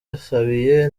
yasabiye